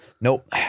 Nope